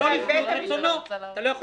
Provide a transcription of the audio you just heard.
אם זה לא לשביעות רצונו אתה לא יכול